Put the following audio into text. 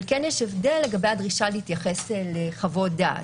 אבל יש הבדל לגבי הדרישה להתייחס לחוות דעת.